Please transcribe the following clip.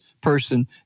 person